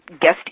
guest